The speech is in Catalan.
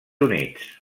units